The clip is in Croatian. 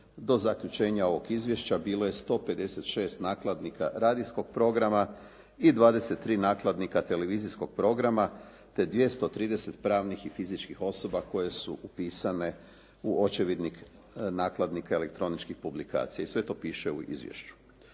do zaključenja ovog izvješća bilo je 156 nakladnika radijskog programa i 23 nakladnika televizijskog programa te 230 pravnih i fizičkih osoba koje su upisane u očevidnik nakladnika elektroničkih publikacija. I sve to piše u izvješću.